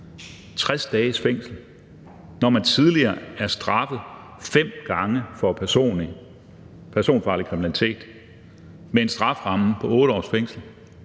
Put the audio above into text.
60 dages fængsel, når man tidligere er straffet fem gange for personfarlig kriminalitet med en strafferamme på 8 års fængsel?